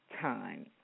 Time